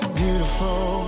beautiful